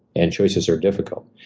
and choices are difficult.